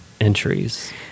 entries